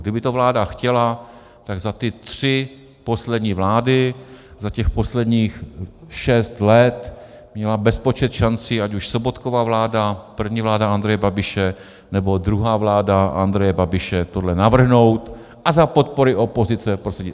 Kdyby to vláda chtěla, tak za ty tři poslední vlády, za těch posledních šest let měla bezpočet šancí, ať už Sobotkova vláda, první vláda Andreje Babiše, nebo druhá vláda Andreje Babiše, tohle navrhnout a za podpory opozice prosadit.